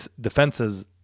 defenses